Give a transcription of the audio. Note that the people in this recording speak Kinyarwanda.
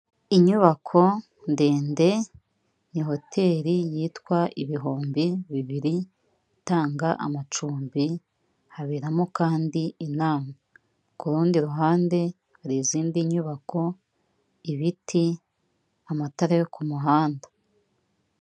Inyubako ndende, ni hoteri yitwa ibihumbi bibiri itanga amacumbi, haberamo kandi inama, ku rundi ruhande hari izindi nyubako, ibiti, amatara yo ku muhanda.